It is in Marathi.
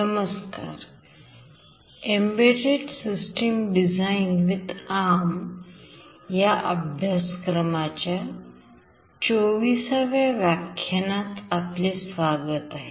नमस्कार Embedded System Design with Arm या अभ्यासक्रमाच्या चोविसाव्या व्याख्यानात आपले स्वागत आहे